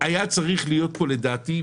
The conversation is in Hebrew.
היה צריך להיות פה לדעתי,